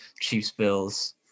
Chiefs-Bills